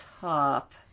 top